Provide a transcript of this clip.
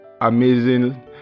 amazing